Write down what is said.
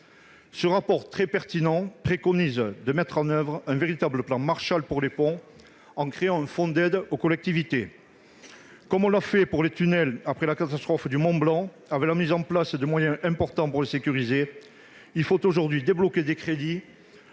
Ce rapport très pertinent préconise de mettre en oeuvre un véritable plan Marshall pour les ponts, en créant un fonds d'aide aux collectivités. Comme on l'a fait pour les tunnels après la catastrophe du Mont-Blanc, avec la mise en place de moyens importants pour les sécuriser, il faut aujourd'hui débloquer des crédits